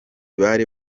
bari